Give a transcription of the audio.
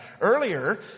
Earlier